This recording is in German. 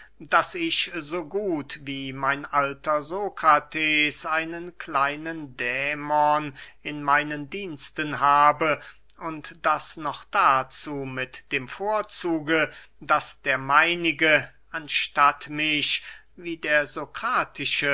daß ich so gut wie mein alter sokrates einen kleinen dämon in meinen diensten habe und das noch dazu mit dem vorzuge daß der meinige anstatt mich wie der